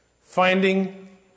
Finding